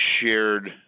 shared